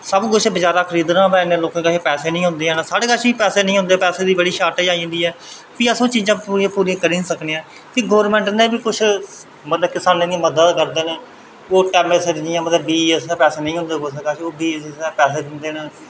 सब कुछ बजारै दा खरीदना होऐ ते इन्ने पैसे लोकें कश निं होंदे ते साढ़े कश बी पैसे निं होंदे पैसे दी बड़ी शार्टेज़ आई जंदी ऐ भी अस ओह् चीज़ां पूरियां करी निं सकने ऐं फिर गौरमेंट नै बी कुछ मतलब किसानें दी मदद करदे न मतलब ओह् बीऽ आस्तै कुसै कोल पैसे निं होंदे ओह् बीऽ आस्तै पैसे दिंदे न